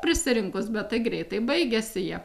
prisirinkus bet tai greitai baigiasi jie